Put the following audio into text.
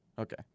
Okay